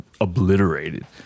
obliterated